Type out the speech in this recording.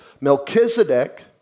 Melchizedek